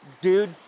dude